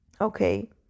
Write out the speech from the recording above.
okay